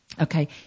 Okay